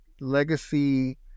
legacy